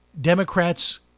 Democrats